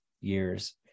years